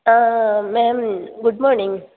ma'am good morning